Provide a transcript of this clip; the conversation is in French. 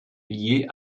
liés